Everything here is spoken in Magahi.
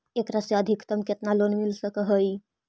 एकरा से अधिकतम केतना लोन मिल सक हइ?